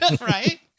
Right